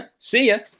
see ya.